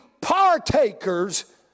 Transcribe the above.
partakers